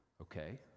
okay